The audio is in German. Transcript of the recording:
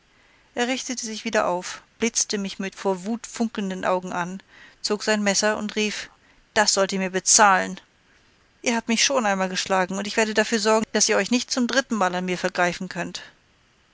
er richtete sich wieder auf blitzte mich mit vor wut funkelnden augen an zog sein messer und rief das sollt ihr mir bezahlen ihr habt mich schon einmal geschlagen und ich werde dafür sorgen daß ihr euch nicht zum drittenmal an mir vergreifen könnt